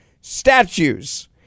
statues